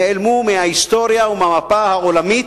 נעלמו מההיסטוריה ומהמפה העולמית.